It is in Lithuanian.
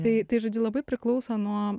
tai tai žodžiu labai priklauso nuo